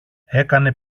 έκανε